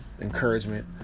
encouragement